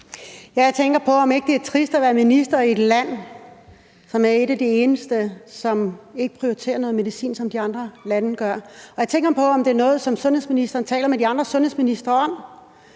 Jeg tænker på, om ikke det er trist at være minister i et land, som er et af de eneste, som ikke prioriterer noget medicin, som de andre lande gør. Og jeg tænker på, om det er noget, som sundhedsministeren taler med de andre sundhedsministre om,